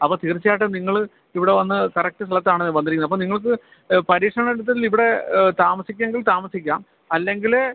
അപ്പം തീർച്ചയായിട്ടും നിങ്ങൾ ഇവിടെ വന്ന് കറക്റ്റ് സ്ഥലത്താണ് വന്നിരിക്കുന്നത് അപ്പം നിങ്ങൾക്ക് പരീക്ഷണഘട്ടത്തിൽ ഇവിടെ താമസിക്കാമെങ്കിൽ താമസിക്കാം അല്ലെങ്കിൽ